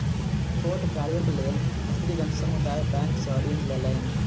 छोट कार्यक लेल स्त्रीगण समुदाय बैंक सॅ ऋण लेलैन